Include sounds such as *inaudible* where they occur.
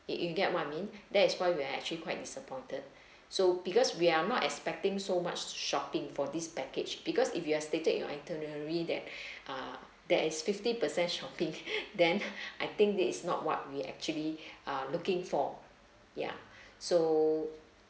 you you get what I mean that is why we are actually quite disappointed so because we are not expecting so much shopping for this package because if you are stated in your itinerary that uh that is fifty percent shopping *laughs* then I think this is not what we actually are looking for ya so